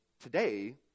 today